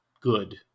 good